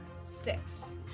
Six